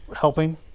helping